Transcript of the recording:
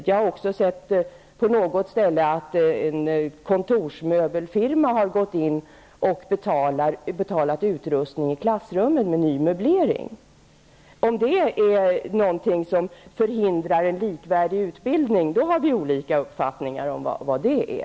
Jag har på något ställe sett att en kontorsmöbelfirma har betalat ny möblering av klassrum. Om detta förhindrar en likvärdig utbildning, har vi olika uppfattningar om vad det är.